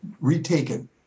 retaken